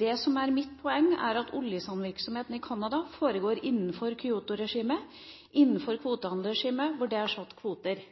«Det som er mitt poeng, er at oljesandvirksomhet i Canada foregår innenfor et Kyoto-regime, innenfor et kvotehandelregime, hvor det er satt kvoter.»